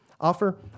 Offer